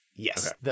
Yes